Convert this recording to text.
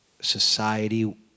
society